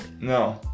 No